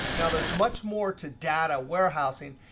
now, there's much more to data warehousing,